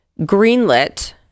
greenlit